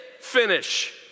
finish